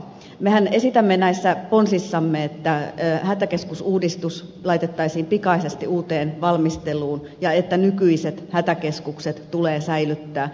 mehän esitämme näissä ponsissamme että hätäkeskusuudistus laitettaisiin pikaisesti uuteen valmisteluun ja että nykyiset hätäkeskukset tulee säilyttää